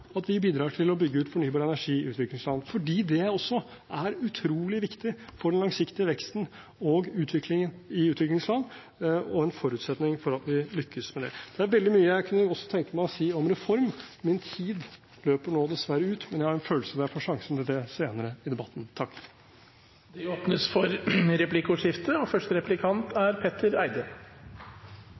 at vi bidrar til å bygge ut fornybar energi i utviklingsland, fordi det også er utrolig viktig for den langsiktige veksten og utviklingen i utviklingsland og en forutsetning for at vi lykkes med det. Det er veldig mye jeg også kunne tenke meg å si om reform. Min tid løper nå dessverre ut, men jeg har en følelse av at jeg får sjansen senere i debatten. Det blir replikkordskifte.